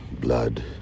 blood